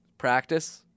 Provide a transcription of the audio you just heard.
Practice